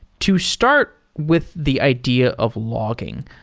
to start with the idea of logging,